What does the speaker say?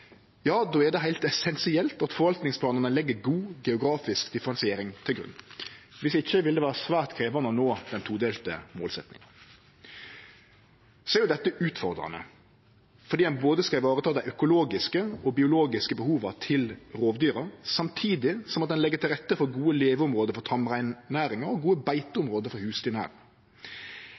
er det heilt essensielt at forvaltningsplanane legg god geografisk differensiering til grunn. Viss ikkje vil det vere svært krevjande å nå den todelte målsetjinga. Dette er utfordrande fordi ein skal vareta dei økologiske og biologiske behova til rovdyra, samtidig som ein legg til rette for gode leveområde for tamreinnæringa og gode beiteområde for